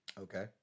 Okay